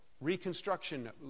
Reconstruction